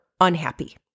unhappy